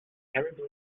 terribly